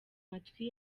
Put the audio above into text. matwi